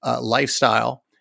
lifestyle